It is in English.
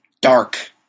dark